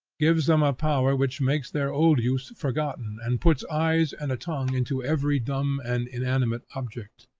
gives them a power which makes their old use forgotten, and puts eyes and a tongue into every dumb and inanimate object.